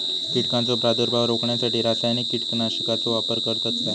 कीटकांचो प्रादुर्भाव रोखण्यासाठी रासायनिक कीटकनाशकाचो वापर करतत काय?